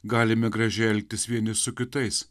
galime gražiai elgtis vieni su kitais